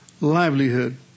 livelihood